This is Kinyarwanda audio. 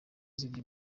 zirya